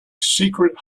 secret